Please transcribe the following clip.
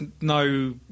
no